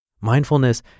Mindfulness